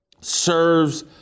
serves